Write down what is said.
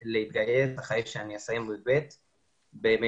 אחרי שאני אסיים את כיתה י"ב אני רוצה להתגייס.